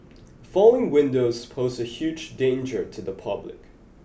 falling windows pose a huge danger to the public